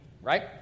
right